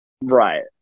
Right